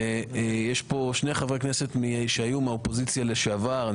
ונמצאים כאן שני חברי כנסת שהיו באופוזיציה לשעבר,